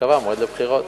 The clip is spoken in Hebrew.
ייקבע מועד לבחירות.